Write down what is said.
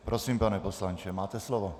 Prosím, pane poslanče, máte slovo.